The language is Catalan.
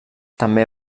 també